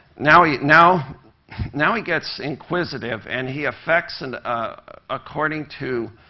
now he now now he gets inquisitive, and he affects and ah according to